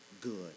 good